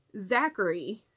Zachary